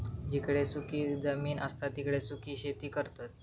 जिकडे सुखी जमीन असता तिकडे सुखी शेती करतत